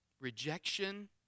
rejection